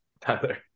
Tyler